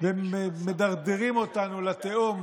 ומדרדרים אותנו לתהום.